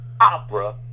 opera